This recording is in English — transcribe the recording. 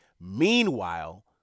Meanwhile